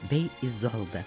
bei izoldą